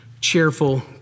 cheerful